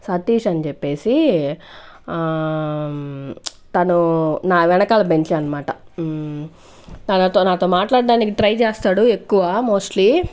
సతీష్ అని చెప్పేసి తను నా వెనకాల బెంచ్ అన్మాట తనతో నాతో మాట్లాడ్డానికి ట్రై చేస్తాడు ఎక్కువ మోస్ట్లీ